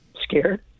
scared